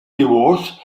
divorce